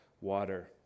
water